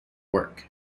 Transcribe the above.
work